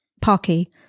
Parky